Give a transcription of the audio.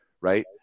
right